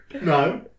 no